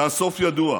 והסוף ידוע.